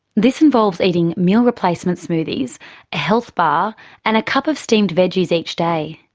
this involves eating meal-replacement smoothies, a health bar and a cup of steamed veggies each day.